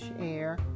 air